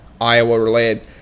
Iowa-related